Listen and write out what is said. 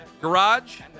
garage